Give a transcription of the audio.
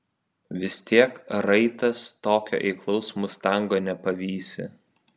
vis tiek raitas tokio eiklaus mustango nepavysi